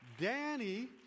Danny